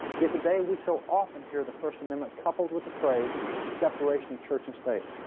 yet, today we so often hear the first amendment coupled with the phrase separation of church and state.